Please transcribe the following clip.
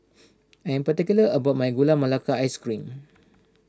I am particular about my Gula Melaka Ice Cream